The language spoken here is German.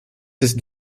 ist